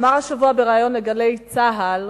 אמר השבוע בריאיון ב"גלי צה"ל":